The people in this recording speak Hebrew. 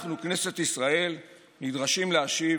אנחנו, כנסת ישראל, נדרשים להשיב